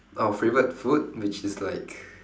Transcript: our favorite food which is like